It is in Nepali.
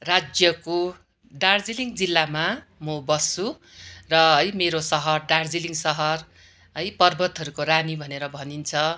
राज्यको दार्जिलिङ जिल्लामा म बस्छु र है मेरो सहर दार्जिलिङ सहर है पर्वतहरूको रानी भनेर भनिन्छ